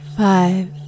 five